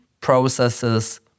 processes